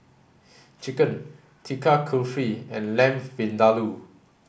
Chicken Tikka Kulfi and Lamb Vindaloo